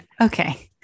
Okay